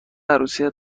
عروسی